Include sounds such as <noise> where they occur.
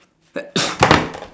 <noise>